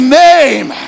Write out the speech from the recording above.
name